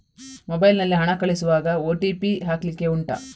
mobile ನಲ್ಲಿ ಹಣ ಕಳಿಸುವಾಗ ಓ.ಟಿ.ಪಿ ಹಾಕ್ಲಿಕ್ಕೆ ಉಂಟಾ